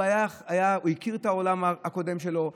הוא הכיר את העולם הקודם שלו,